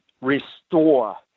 restore